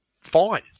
fine